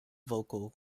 vocal